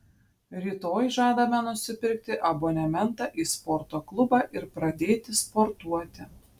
rytoj žadame nusipirkti abonementą į sporto klubą ir pradėti sportuoti